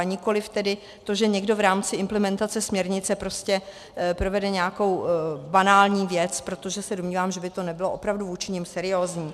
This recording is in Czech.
Nikoliv tedy to, že někdo v rámci implementace směrnice prostě provede nějakou banální věc, protože se domnívám, že by to nebylo opravdu vůči nim seriózní.